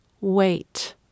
wait